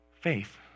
faith